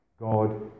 God